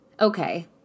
Okay